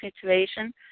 situation